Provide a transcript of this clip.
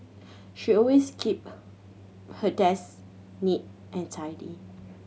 she always keep her desk neat and tidy